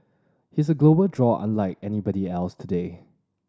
he's a global draw unlike anybody else today